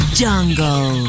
jungle